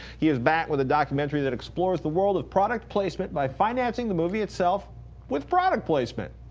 he is back with a documentary that explores the world of product placement by financing the movie itself with product placement.